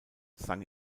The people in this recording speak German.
sang